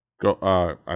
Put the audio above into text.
go